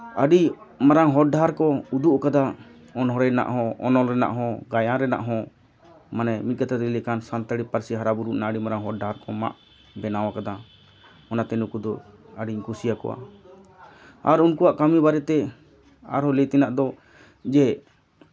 ᱟᱹᱰᱤ ᱢᱟᱨᱟᱝ ᱦᱚᱨ ᱰᱟᱦᱟᱨ ᱠᱚ ᱩᱫᱩᱜ ᱠᱟᱫᱟ ᱚᱱᱚᱲᱦᱮᱸ ᱨᱮᱱᱟᱜ ᱦᱚᱸ ᱚᱱᱚᱞ ᱨᱮᱱᱟᱜ ᱦᱚᱸ ᱜᱟᱭᱟᱱ ᱨᱮᱱᱟᱜ ᱦᱚᱸ ᱢᱟᱱᱮ ᱢᱤᱫ ᱠᱟᱛᱷᱟᱛᱮ ᱞᱟᱹᱭ ᱞᱮᱠᱷᱟᱱ ᱥᱟᱱᱛᱟᱲᱤ ᱯᱟᱹᱨᱥᱤ ᱦᱟᱨᱟᱼᱵᱩᱨᱩ ᱨᱮᱱᱟᱜ ᱦᱚᱨ ᱰᱟᱦᱟᱨ ᱠᱚ ᱢᱟᱜ ᱵᱮᱱᱟᱣ ᱠᱟᱫᱟ ᱚᱱᱟᱛᱮ ᱱᱩᱠᱩ ᱫᱚ ᱟᱹᱰᱤᱧ ᱠᱩᱥᱤᱭᱟᱠᱚᱣᱟ ᱟᱨ ᱩᱱᱠᱩᱣᱟᱜ ᱠᱟᱹᱢᱤ ᱵᱟᱨᱮᱛᱮ ᱟᱨᱚ ᱞᱟᱹᱭ ᱛᱮᱱᱟᱜ ᱫᱚ ᱡᱮ